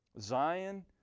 Zion